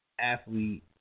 athlete